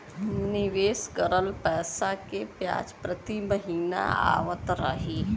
निवेश करल पैसा के ब्याज प्रति महीना आवत रही?